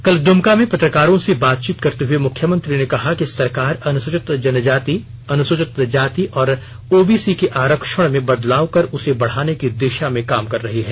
कल दुमका में पत्रकारों से बातचीत करते हुए मुख्यमंत्री ने कहा कि सरकार अनुसूचित जनजाति अनुसूचित जाति और ओबीसी के आरक्षण में बदलाव कर उसे बढ़ाने की दिशा में काम कर रही है